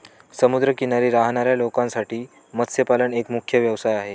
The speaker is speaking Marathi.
समुद्र किनारी राहणाऱ्या लोकांसाठी मत्स्यपालन एक मुख्य व्यवसाय आहे